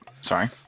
Sorry